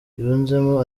yunzemo